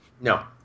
No